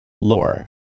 Lore